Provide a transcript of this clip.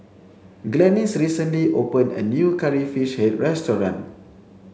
Glennis recently opened a new curry fish head restaurant